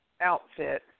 outfit